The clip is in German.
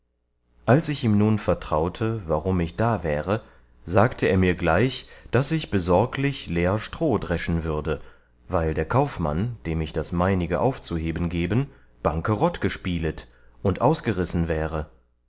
als ich ihm nun vertraute warum ich da wäre sagte er mir gleich daß ich besorglich lär stroh dreschen würde weil der kaufmann dem ich das meinige aufzuheben geben bankerott gespielet und ausgerissen wäre